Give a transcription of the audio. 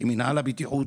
עם מנהל הבטיחות